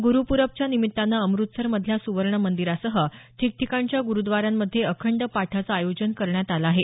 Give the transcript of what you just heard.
गुरुप्रबच्या निमित्तानं अमृतसर मधल्या सुवर्णमंदिरासह ठिकठिकाणच्या ग्रुद्वारांमध्ये अखंड पाठाचं आयोजन करण्यात आलं आहे